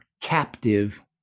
captive